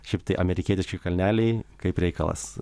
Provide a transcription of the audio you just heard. šiaip tai amerikietiški kalneliai kaip reikalas